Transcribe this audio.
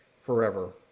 forever